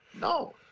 No